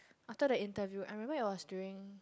after the interview I remember it was during